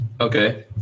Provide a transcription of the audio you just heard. okay